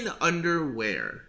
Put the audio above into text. underwear